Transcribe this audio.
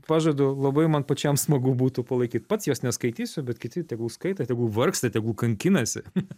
pažadu labai man pačiam smagu būtų palaikyt pats jos neskaitysiu bet kiti tegul skaito tegu vargsta tegu kankinasi